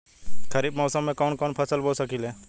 खरिफ मौसम में कवन कवन फसल बो सकि ले?